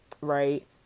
right